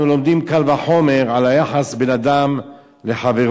לומדים קל וחומר על היחס בין אדם לחברו.